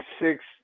six